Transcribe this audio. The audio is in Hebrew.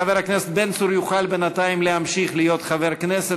חבר הכנסת בן צור יוכל בינתיים להמשיך להיות חבר כנסת,